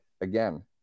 again